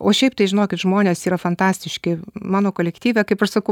o šiaip tai žinokit žmonės yra fantastiški mano kolektyve kaip aš sakau